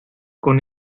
con